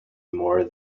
more